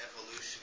evolution